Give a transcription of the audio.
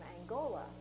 Angola